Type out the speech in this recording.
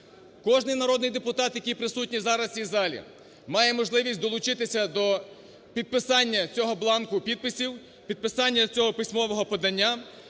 Кожен народний депутат, який присутній зараз в цій залі, має можливість долучитися до підписання цього бланку підписів, підписання цього письмового подання